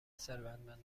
ثروتمندان